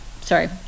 sorry